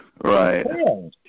Right